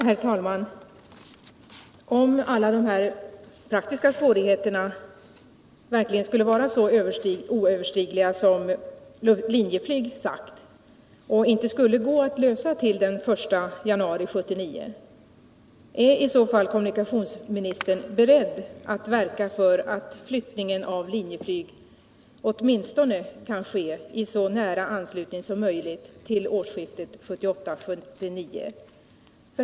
Herr talman! Om alla de praktiska svårigheterma verkligen är så oöverstigliga som Linjeflyg sagt och om de inte kan övervinnas till den 1 januari 1979, är i så fall kommunikationsministern beredd att verka för att flyttningen av Linjeflyg åtminstone kan ske i så nära anslutning som möjligt till årsskiftet 1978/79?